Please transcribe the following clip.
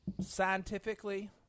Scientifically